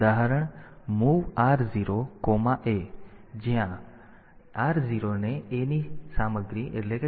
ઉદાહરણ MOV R0A જ્યાં R0 ને A ની સામગ્રી મળે છે